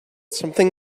something